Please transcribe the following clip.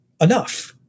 enough